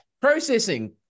Processing